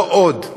לא עוד.